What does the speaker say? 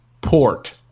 port